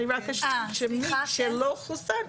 שמי שלא חוסן,